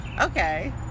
Okay